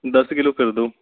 ਦਸ ਕਿੱਲੋ ਕਰ ਦਿਓ